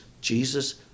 Jesus